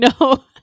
no